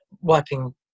wiping